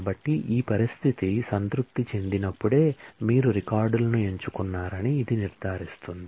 కాబట్టి ఈ పరిస్థితి సంతృప్తి చెందినప్పుడే మీరు రికార్డులను ఎంచుకున్నారని ఇది నిర్ధారిస్తుంది